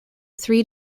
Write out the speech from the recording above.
three